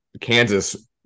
Kansas